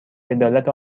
عدالت